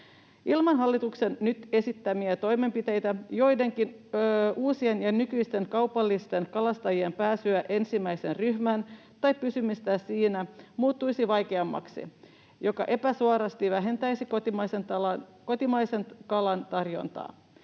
Ilman hallituksen nyt esittämiä toimenpiteitä joidenkin uusien ja nykyisten kaupallisten kalastajien pääsy ensimmäiseen ryhmään tai pysyminen siinä muuttuisi vaikeammaksi, mikä epäsuorasti vähentäisi kotimaisen kalan tarjontaa.